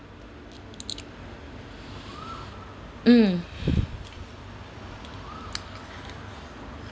mm